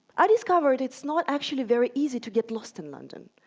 i discovered it's not actually very easy to get lost in london.